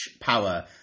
power